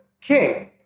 king